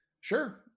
Sure